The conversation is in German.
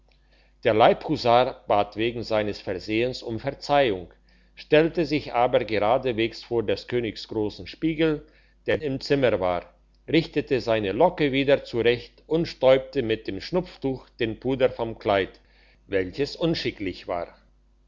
der leibhusar bat wegen seines versehens um verzeihung stellte sich aber geradewegs vor des königs grossen spiegel der im zimmer war richtete seine locke wieder zurecht und stäubte mit dem schnupftuch den puder vom kleid welches unschicklich war